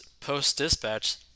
Post-Dispatch